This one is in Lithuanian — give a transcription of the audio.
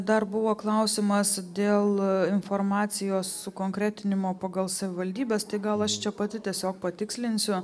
dar buvo klausimas dėl informacijos sukonkretinimo pagal savivaldybes tai gal aš čia pati tiesiog patikslinsiu